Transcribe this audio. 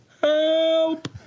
help